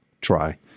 try